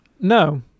No